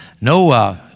no